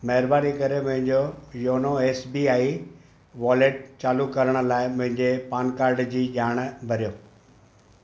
महिरबानी करे मुंहिंजो YONO S B I wallet चालू करण लाइ मुंहिंजे पान कार्ड जी ॼाण भरियो